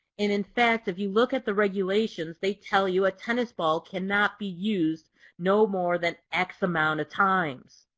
and in fact if you look at the regulations, they tell you a tennis ball cannot be used no more than x amount of times.